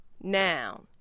Noun